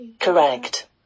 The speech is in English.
Correct